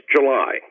July